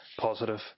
positive